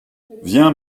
viens